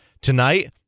Tonight